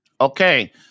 Okay